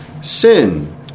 sin